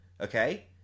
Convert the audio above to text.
okay